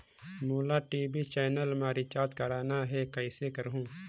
मोला TV channel मा recharge करना हे, कइसे करहुँ?